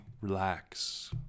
relax